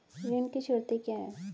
ऋण की शर्तें क्या हैं?